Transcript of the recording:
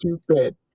stupid